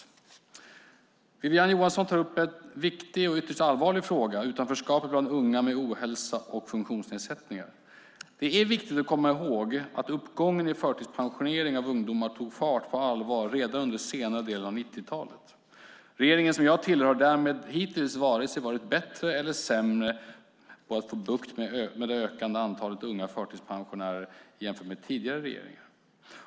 Wiwi-Anne Johansson tar upp en viktig och ytterst allvarlig fråga: utanförskapet bland unga med ohälsa och funktionsnedsättningar. Det är viktigt att komma ihåg att uppgången i förtidspensioneringen av ungdomar tog fart på allvar redan under senare delen av 1990-talet. Regeringen som jag tillhör har därmed hittills varit vare sig bättre eller sämre på att få bukt med det ökande antalet unga förtidspensionärer jämfört med tidigare regeringar.